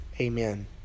Amen